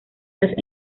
las